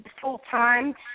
full-time